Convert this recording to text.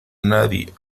nadie